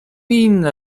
inne